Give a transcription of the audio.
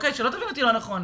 שלא תבינו אותי לא נכון.